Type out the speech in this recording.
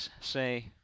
say